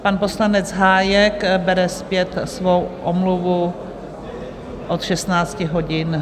Pan poslanec Hájek bere zpět svou omluvu od 16 hodin.